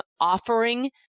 offering